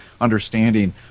understanding